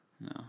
No